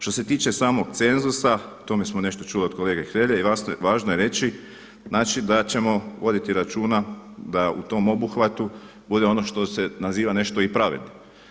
Što se tiče samo cenzusa, o tome smo nešto čuli od kolege Hrelje i važno je reći, znači da ćemo voditi računa da u tom obuhvatu bude ono što se naziva nešto i pravedno.